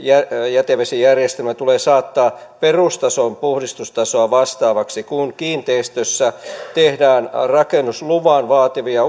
jätevesijärjestelmä tulee saattaa perustason puhdistustasoa vastaavaksi kun kun kiinteistössä tehdään rakennusluvan vaativia